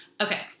okay